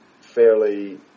fairly